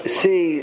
see